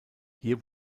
hier